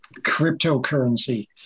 cryptocurrency